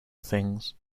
things